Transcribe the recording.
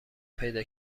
پیدا